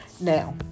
Now